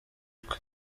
twe